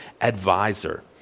advisor